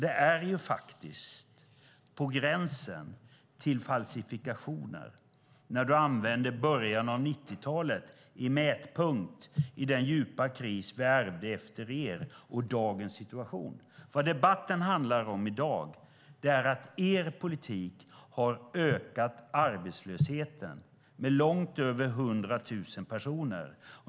Det är på gränsen till falsifikationer när du, Anders Borg, använder början av 90-talet och den djupa kris som vi ärvde efter er som mätpunkt och jämför det med dagens situation. Vad debatten handlar om i dag är att er politik har ökat arbetslösheten med långt över 100 000 personer.